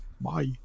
bye